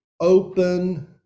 open